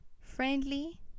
friendly